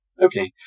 Okay